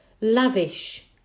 lavish